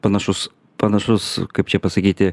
panašus panašus kaip čia pasakyti